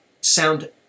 sound